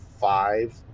five